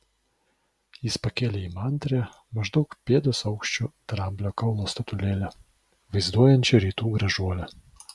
jis pakėlė įmantrią maždaug pėdos aukščio dramblio kaulo statulėlę vaizduojančią rytų gražuolę